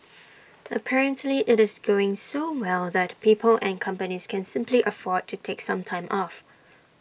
apparently IT is going so well that people and companies can simply afford to take some time off